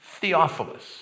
Theophilus